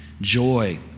joy